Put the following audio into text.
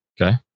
Okay